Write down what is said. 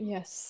Yes